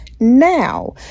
Now